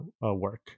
work